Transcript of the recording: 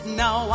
now